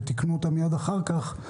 תיקנו אותה מייד אחר כך,